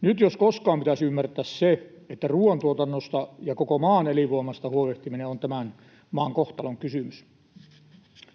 Nyt jos koskaan pitäisi ymmärtää se, että ruoantuotannosta ja koko maan elinvoimasta huolehtiminen on tämän maan kohtalonkysymys.